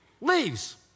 Leaves